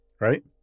Right